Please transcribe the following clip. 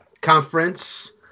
conference